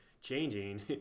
changing